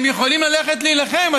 הן יכולות ללכת להילחם,